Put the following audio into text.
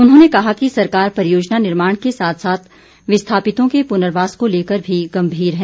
उन्होंने कहा कि सरकार परियोजना निर्माण के साथ साथ विस्थापितों के पुनर्वास को लेकर भी गम्भीर है